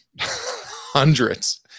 hundreds